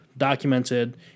Documented